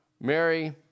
Mary